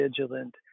vigilant